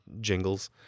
jingles